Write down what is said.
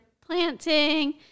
planting